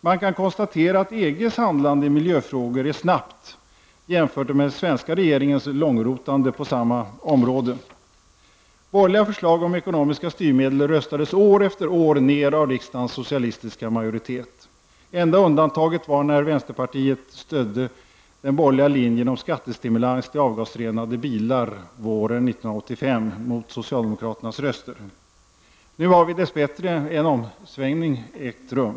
Man kan konstatera att EGs handlande i miljöfrågor är snabbt, jämfört med den svenska regeringens långrotande på samma område. Borgerliga förslag om ekonomiska styrmedel röstades år efter år ner av riksdagens socialistiska majoritet. Enda undantaget var när vänsterpartiet stödde den borgerliga linjen om skattestimulans till avgasrenade bilar våren 1985, mot socialdemokraternas röster. Nu har dess bättre en omsvängning ägt rum.